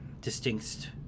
distinct